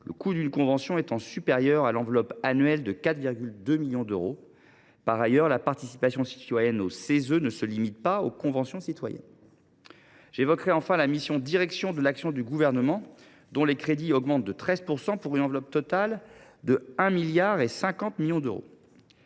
le coût d’une convention étant supérieur à l’enveloppe annuelle de 4,2 millions d’euros. Par ailleurs, la participation citoyenne au Cese ne se limite pas aux conventions citoyennes. J’évoquerai enfin la mission « Direction de l’action du Gouvernement », dont les crédits augmentent de 13 %, pour une enveloppe totale de 1,05 milliard d’euros.